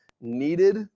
needed